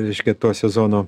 reiškia to sezono